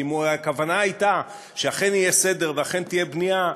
כי אם הכוונה הייתה שאכן יהיה סדר ואכן תהיה בנייה,